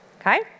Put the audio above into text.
Okay